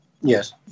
Yes